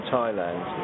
Thailand